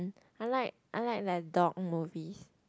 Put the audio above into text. I like I like like dog movies